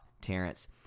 Terrence